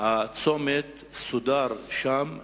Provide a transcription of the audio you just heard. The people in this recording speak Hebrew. הצומת סודר שם למופת.